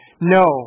No